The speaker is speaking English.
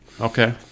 Okay